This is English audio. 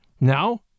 Now